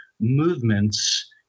movements